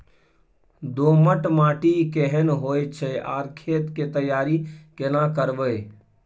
दोमट माटी केहन होय छै आर खेत के तैयारी केना करबै?